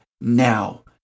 now